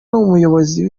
n’umuyobozi